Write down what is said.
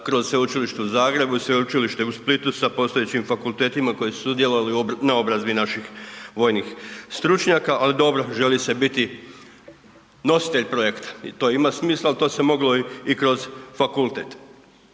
kroz sveučilište u Zagrebu i sveučilište u Splitu sa postojećim fakultetima koji su sudjelovali u naobrazbi naših vojnih stručnjaka, ali dobro želi se biti nositelj projekta. To ima smisla, ali to se moglo i kroz fakultet.